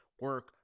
Work